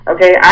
Okay